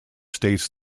states